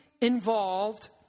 involved